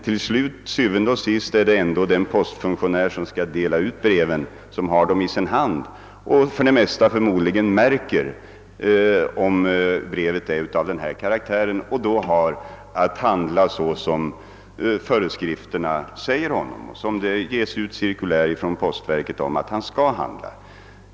Til syvende og sidst är det ändå den postfunktionär som delar ut breven som har dem i sin hand. Han märker förmodligen för det mesta om ett brev är av denna karaktär, och han har då att handla i enlighet med de föreskrifter som lämnats i cirkulär från postverket.